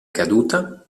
caduta